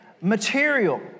material